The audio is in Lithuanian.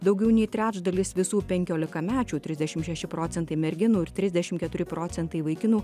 daugiau nei trečdalis visų penkiolikamečių trisdešim šeši procentai merginų ir trisdešim keturi procentai vaikinų